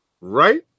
right